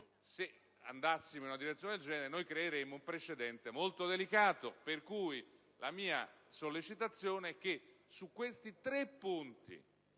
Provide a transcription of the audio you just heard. se andassimo in una direzione del genere, creeremmo un precedente molto delicato. Per cui la mia sollecitazione è che su questi tre punti